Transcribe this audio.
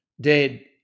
dead